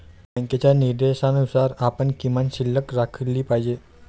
बँकेच्या निर्देशानुसार आपण किमान शिल्लक राखली पाहिजे